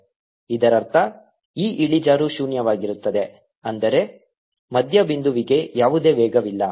Since yIyT yI∂tyT∂t 1v21v1yI∂t0 ಇದರರ್ಥ ಈ ಇಳಿಜಾರು ಶೂನ್ಯವಾಗಿರುತ್ತದೆ ಅಂದರೆ ಮಧ್ಯಬಿಂದುವಿಗೆ ಯಾವುದೇ ವೇಗವಿಲ್ಲ